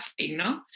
no